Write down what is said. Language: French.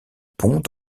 pond